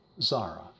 Zara